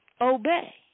obey